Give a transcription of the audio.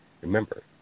Remember